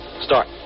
Start